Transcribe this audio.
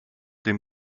dem